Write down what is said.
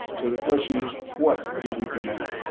so the question is, what do we do now?